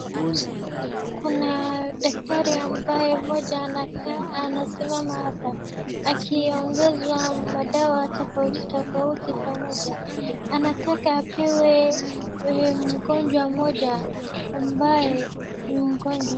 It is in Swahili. Kuna daktari ambaye moja anakaa anasimama hapa, akiongeza madawa tofauti tofauti pamoja, anataka apewe mgonjwa mmoja ambaye ni mgonjwa.